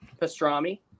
Pastrami